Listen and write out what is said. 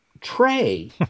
tray